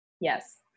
yes